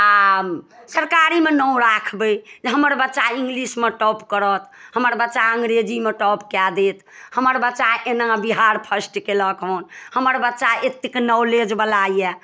आ सरकारी मे न राखबै जे हमर बच्चा इंग्लिशमे टॉप करत हमर बच्चा अङ्ग्रेजीमे टॉप कए देत हमर बच्चा एना बिहार फर्स्ट केलक हँ हमर बच्चा एतेक नॉलेज बला यऽ